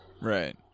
right